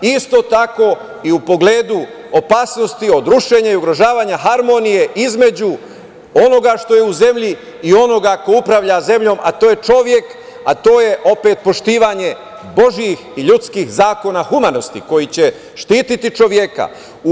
Isto tako, i u pogledu opasnosti od rušenja i ugrožavanja harmonije između onoga što je u zemlji i onoga ko upravlja zemljom, a to je čovek, a to je opet poštovanje božijih i ljudskih zakona humanosti koji će štititi čoveka.